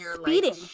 speeding